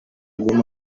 album